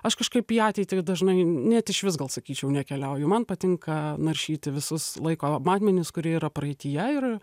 aš kažkaip į ateitį dažnai net išvis gal sakyčiau nekeliauju man patinka naršyti visus laiko matmenis kurie yra praeityje ir